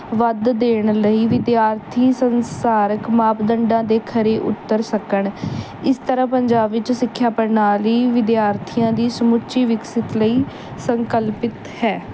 ਵੱਧ ਦੇਣ ਲਈ ਵਿਦਿਆਰਥੀ ਸੰਸਾਰਕ ਮਾਪਦੰਡਾਂ 'ਤੇ ਖਰੇ ਉਤਰ ਸਕਣ ਇਸ ਤਰ੍ਹਾਂ ਪੰਜਾਬ ਵਿੱਚ ਸਿੱਖਿਆ ਪ੍ਰਣਾਲੀ ਵਿਦਿਆਰਥੀਆਂ ਦੀ ਸਮੁੱਚੀ ਵਿਕਸਿਤ ਲਈ ਸੰਕਲਪਿਤ ਹੈ